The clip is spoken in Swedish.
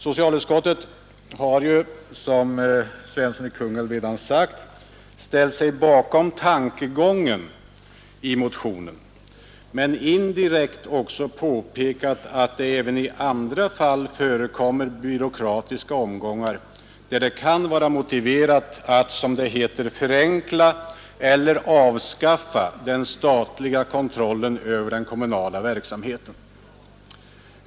Socialutskottet har, som herr Svensson i Kungälv redan sagt, ställt sig bakom tankegången i motionen men indirekt också påpekat att det även i andra fall förekommer byråkratiska omgångar, där det kan vara motiverat att ”förenkla eller avskaffa den statliga kontrollen över den kommunala verksamheten”.